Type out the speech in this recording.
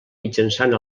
mitjançant